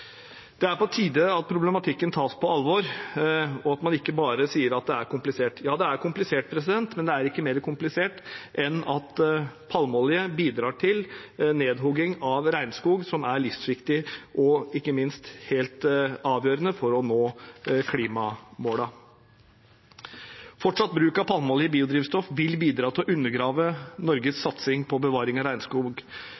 Det er på tide at problematikken tas på alvor, og at man ikke bare sier at det er komplisert. Ja, det er komplisert, men det er ikke mer komplisert enn at palmeolje bidrar til nedhogging av regnskog som er livsviktig og ikke minst helt avgjørende for å nå klimamålene. Fortsatt bruk av palmeolje i biodrivstoff vil bidra til å undergrave Norges